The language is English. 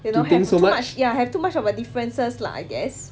you know have too much ya have too much of a differences lah I guess